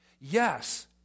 Yes